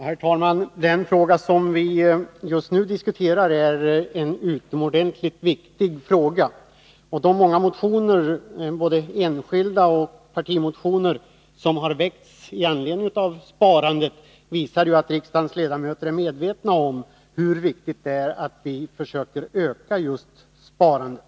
Herr talman! Den fråga som vi just nu diskuterar är en utomordentligt viktig fråga. De många motioner — både enskilda och partimotioner—som har väckts med anledning av sparandet visar att riksdagens ledamöter är medvetna om hur väsentligt det är att försöka öka just sparandet.